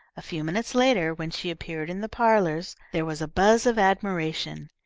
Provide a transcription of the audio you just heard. a few minutes later, when she appeared in the parlours, there was a buzz of admiration.